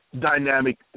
dynamic